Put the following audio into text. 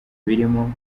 birimo